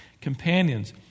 companions